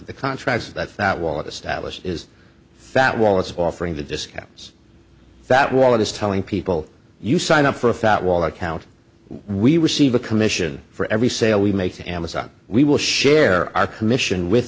the contracts that that was established is fat wallets offering the discounts that wallet is telling people you sign up for a fat wallet account we receive a commission for every sale we make to amazon we will share our commission with